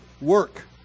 Work